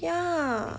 ya